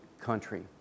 country